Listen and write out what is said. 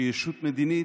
דיכטר.